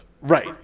right